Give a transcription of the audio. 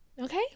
Okay